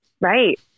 right